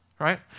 right